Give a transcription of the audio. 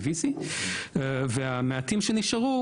ב-VC; והמעטים שנשארו